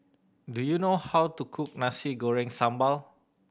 do you know how to cook Nasi Goreng Sambal